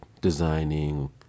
designing